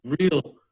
real